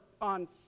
on